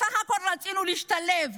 בסך הכול רצינו להשתלב.